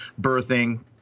birthing